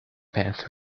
path